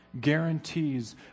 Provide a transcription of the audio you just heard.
guarantees